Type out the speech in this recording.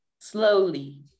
slowly